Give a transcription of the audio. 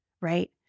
right